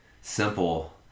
simple